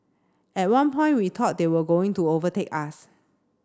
at one point we thought they were going to overtake us